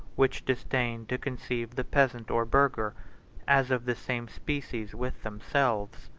which disdained to conceive the peasant or burgher as of the same species with themselves.